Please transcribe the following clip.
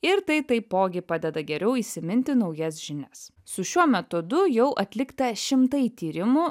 ir tai taipogi padeda geriau įsiminti naujas žinias su šiuo metodu jau atlikta šimtai tyrimų